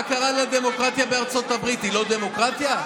מה קרה לדמוקרטיה בארצות הברית, היא לא דמוקרטיה?